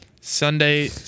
Sunday